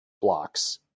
blocks